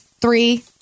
three